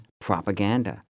propaganda